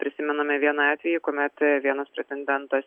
prisimename vieną atvejį kuomet vienas pretendentas